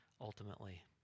ultimately